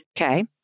Okay